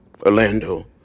Orlando